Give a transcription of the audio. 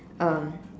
um